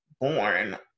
born